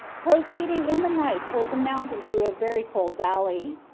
proceeding in the night towards a mountain through a very cold valley.